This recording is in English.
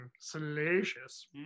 salacious